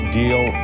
deal